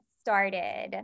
started